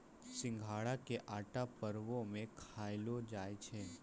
सिघाड़ा के आटा परवो मे खयलो जाय छै